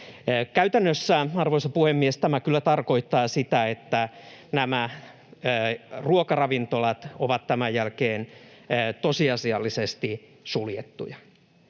Käytännössä, arvoisa puhemies, tämä kyllä tarkoittaa sitä, että nämä ruokaravintolat ovat tämän jälkeen tosiasiallisesti suljettuja.